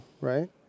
right